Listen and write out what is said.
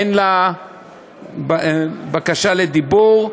אין בקשות לדיבור.